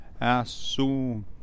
assume